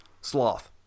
Sloth